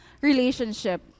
relationship